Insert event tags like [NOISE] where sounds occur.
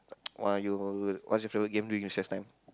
!wah! you [NOISE] what's your favourite game during recess time